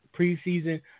preseason